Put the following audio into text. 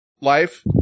life